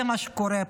זה מה שקורה פה,